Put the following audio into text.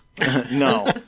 No